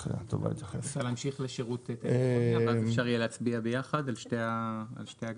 אפשר להמשיך לשירות טלפוניה ואז אפשר יהיה להצביע ביחד על שתי ההגדרות.